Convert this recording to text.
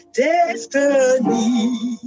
destiny